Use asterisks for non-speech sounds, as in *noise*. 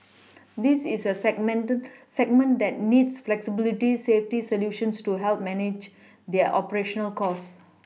this is a *unintelligible* segment that needs flexibility safety solutions to help manage their operational costs